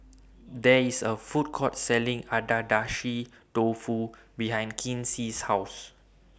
There IS A Food Court Selling Agedashi Dofu behind Kinsey's House